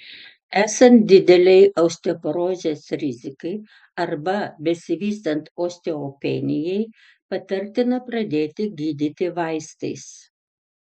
esant didelei osteoporozės rizikai arba besivystant osteopenijai patartina pradėti gydyti vaistais